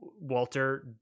Walter